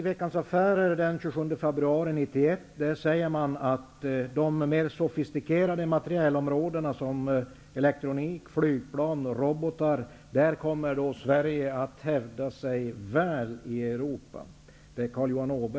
Johan Åberg, som var försvarskommitténs ordförande, att Sverige på de mer sofistikerade materielområdena -- som elektronik, flygplan och robotar -- kommer att hävda sig väl i Europa.